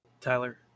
tyler